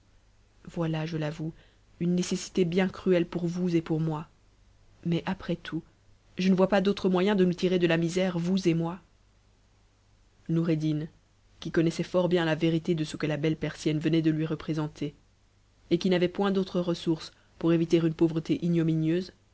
voilà je l'avoue une nécessité bien cruelle pour vous et pour moi mais après tout je ne vois pas d'autre moyen de nous tirer de la tuisëre vous et moi noureddin qui connaissait fort bien la vérité de ce que la belle persienne venait de lui représenter et qui n'avait point d'autre ressource pour éviter une pauvreté